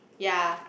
ya